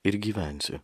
ir gyvensi